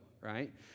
right